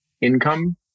income